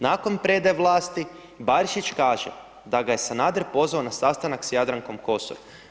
Nakon predaje vlasti Barišić kaže da ga je Sanader pozvao na sastanak sa Jadrankom Kosor.